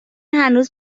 هنوز